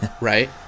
Right